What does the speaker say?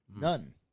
None